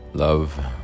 Love